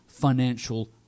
Financial